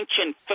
ancient